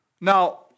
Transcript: Now